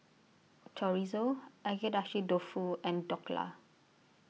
Chorizo Agedashi Dofu and Dhokla